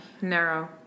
Narrow